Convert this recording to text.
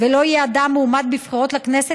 ולא יהיה אדם מועמד בבחירות לכנסת,